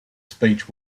speech